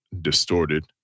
distorted